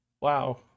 wow